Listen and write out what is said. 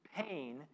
pain